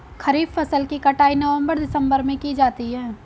खरीफ फसल की कटाई नवंबर दिसंबर में की जाती है